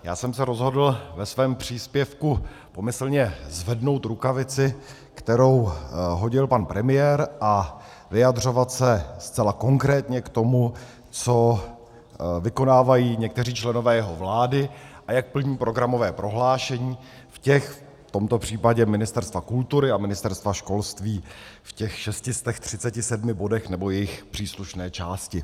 Já jsem se rozhodl ve svém příspěvku úmyslně zvednout rukavici, kterou hodil pan premiér, a vyjadřovat se zcela konkrétně k tomu, co vykonávají někteří členové jeho vlády a jak plní programové prohlášení, v tomto případě Ministerstvo kultury a Ministerstvo školství, v těch 637 bodech, nebo jejich příslušné části.